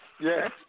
Yes